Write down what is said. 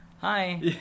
hi